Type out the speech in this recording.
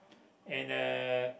and uh